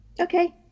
Okay